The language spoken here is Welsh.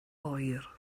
oer